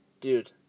Dude